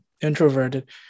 introverted